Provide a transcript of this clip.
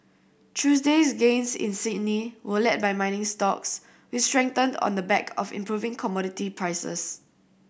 Tuesday's gains in Sydney were led by mining stocks which strengthened on the back of improving commodity prices